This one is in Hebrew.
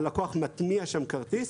הלקוח מתניע שם כרטיס.